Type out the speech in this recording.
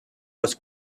was